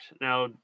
now